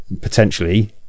potentially